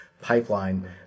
pipeline